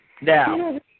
Now